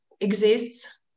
exists